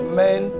men